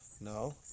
No